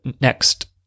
next